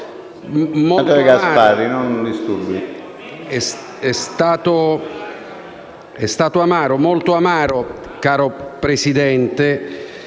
È stato amaro, molto amaro, signor Presidente,